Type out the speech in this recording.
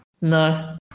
No